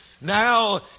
Now